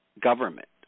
government